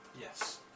Yes